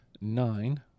nine